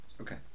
Okay